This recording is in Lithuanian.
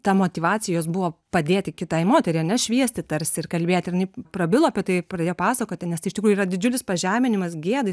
ta motyvacija jos buvo padėti kitai moteriai šviesti tarsi ir kalbėti ir jinai prabilo apie tai pradėjo pasakoti nes tai iš tikrųjų yra didžiulis pažeminimas gėda